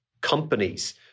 companies